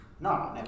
No